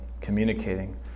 communicating